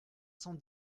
cent